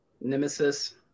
Nemesis